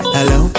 Hello